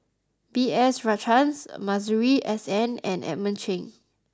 B S Rajhans Masuri S N and Edmund Cheng